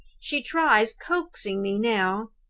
she tries coaxing me now.